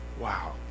Wow